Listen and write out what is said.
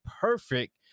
perfect